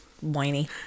whiny